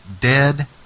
dead